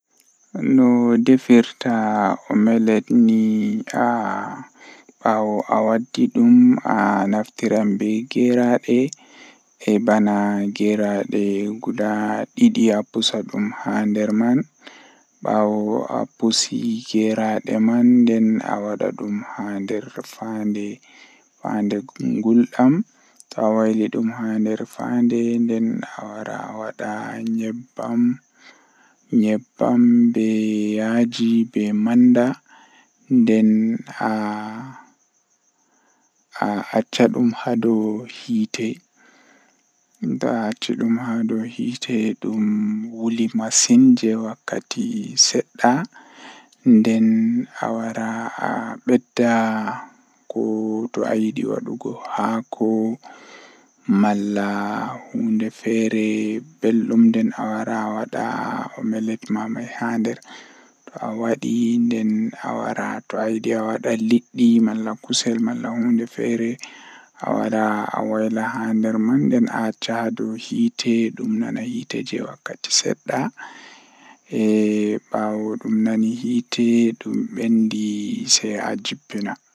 Ko ɗuum ɗum faamataa no waɗata baɗtuɗo ngol, sabu ɓeen ɗuum njippeeɗi ɗum no waɗi goonga. So waɗi e naatugol mawɗi, ngam neɗɗo ɓe njogiri e laabi maa e njohi maa, ɓe njari ɗum no waɗi gooto ɗe fami ko a woodi ko waawataa.